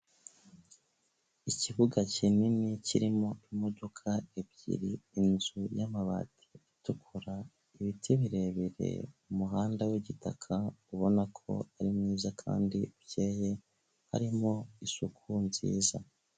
Ikibuga kinini kirimo imodoka ebyiri, inzu y'amabati atukura, ibiti birebire, umuhanda w'igitaka ubona ko ari mwiza kandi ukeye, harimo isuku nziza.